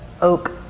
oak